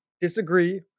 disagree